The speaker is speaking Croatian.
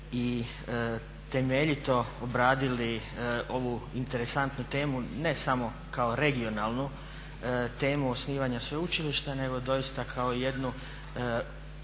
i temeljito obradili ovu interesantnu temu ne samo kao regionalnu temu osnivanja sveučilišta nego doista kao jednu